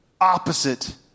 opposite